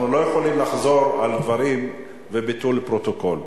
אנחנו לא יכולים לחזור על דברים וביטול פרוטוקול.